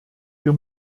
wir